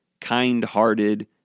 kind-hearted